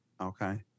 Okay